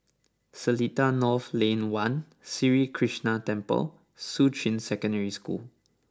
Seletar North Lane One Sri Krishnan Temple Shuqun Secondary School